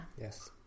Yes